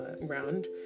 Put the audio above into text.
round